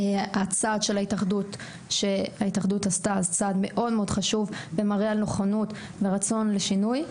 הצעד שההתאחדות עשתה זה צעד מאוד חשוב ומראה על נכונות ורצון לשינוי.